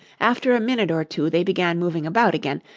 after a minute or two, they began moving about again,